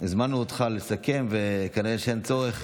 הזמנו אותך לסכם, וכנראה שאין צורך.